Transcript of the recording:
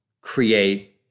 create